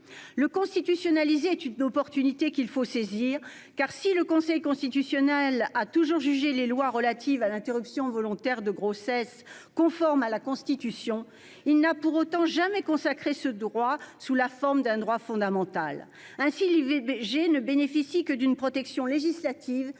Le constitutionnaliser est une opportunité qu'il faut saisir. En effet, si le Conseil constitutionnel a toujours jugé les lois relatives à l'interruption volontaire de grossesse conformes à la Constitution, il n'a pour autant jamais consacré ce droit sous la forme d'un droit fondamental. Ainsi, l'IVG ne bénéficie que d'une protection législative,